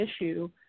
issue